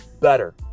Better